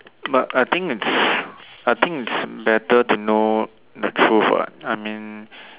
but I think it's I think it's better to know the truth ah I mean